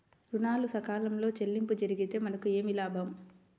ఋణాలు సకాలంలో చెల్లింపు జరిగితే మనకు ఏమి లాభం?